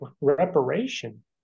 reparation